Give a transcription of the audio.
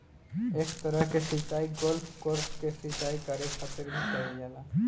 एह तरह के सिचाई गोल्फ कोर्ट के सिंचाई करे खातिर भी कईल जाला